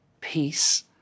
peace